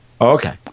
okay